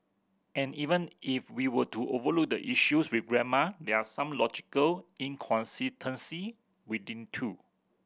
and even if we were to overlook the issues with grammar there are some logical inconsistency within too